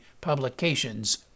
publications